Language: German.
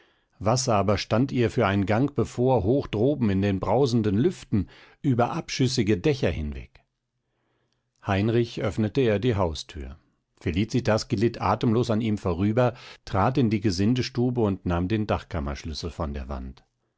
was aber stand ihr für ein gang bevor hoch droben in den brausenden lüften über abschüssige dächer hinweg heinrich öffnete ihr die hausthür felicitas glitt atemlos an ihm vorüber trat in die gesindestube und nahm den dachkammerschlüssel von der wand